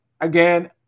again